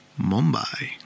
Mumbai